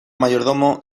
mayordomo